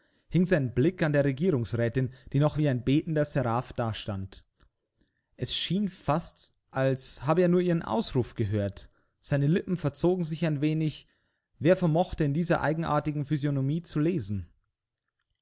hing sein blick an der regierungsrätin die noch wie ein betender seraph dastand es schien fast als habe er nur ihren ausruf gehört seine lippen verzogen sich ein wenig wer vermochte in dieser eigenartigen physiognomie zu lesen